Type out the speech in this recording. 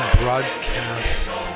broadcast